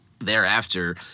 thereafter